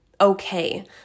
okay